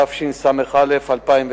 התשס"א 2001,